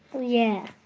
yeah.